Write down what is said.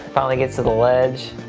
finally get to the ledge,